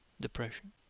depression